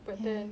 ya